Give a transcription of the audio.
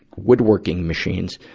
woodworking machines,